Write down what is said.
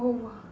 oh !wah!